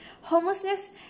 Homelessness